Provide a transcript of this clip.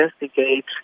investigate